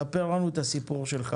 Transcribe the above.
ספר לנו את הסיפור שלך.